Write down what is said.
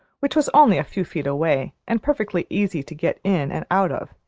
which was only a few feet away and perfectly easy to get in and out of,